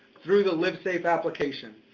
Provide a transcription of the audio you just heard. through the livesafe application.